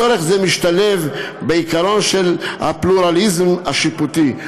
צורך זה משתלב בעיקרון של הפלורליזם השיפוטי,